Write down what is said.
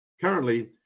Currently